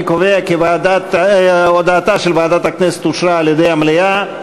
אני קובע כי הודעתה של ועדת הכנסת אושרה על-ידי המליאה.